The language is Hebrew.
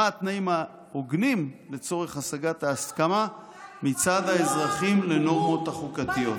מה התנאים ההוגנים לצורך השגת ההסכמה מצד האזרחים לנורמות החוקתיות".